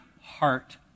heart